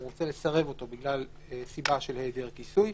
הוא רוצה לסרב אותו בגלל סיבה של היעדר כיסוי,